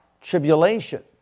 tribulation